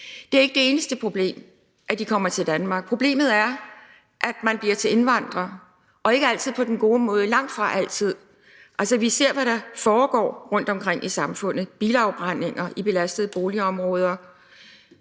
Det er ikke det eneste problem, altså at de kommer til Danmark. Problemet er, at man bliver til indvandrer og ikke altid på den gode måde, langtfra altid. Vi ser, hvad der foregår rundtomkring i samfundet: bilafbrændinger i belastede boligområder.